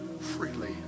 freely